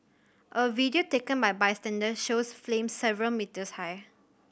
a video taken by a bystander shows flames several metres high